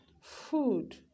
Food